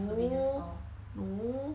no no